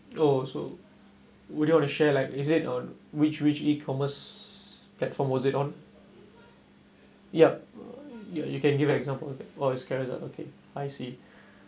oh so would you want to share like is it on which which E-commerce platform was it on yup ya you can give a example of that oh is ah okay I see